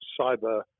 cyber